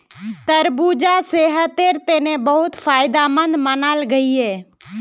तरबूजा सेहटेर तने बहुत फायदमंद मानाल गहिये